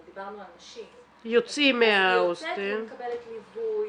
אבל דיברנו על נשים אז היא יוצאת ומקבלת ליווי,